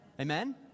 Amen